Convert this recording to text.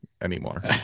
anymore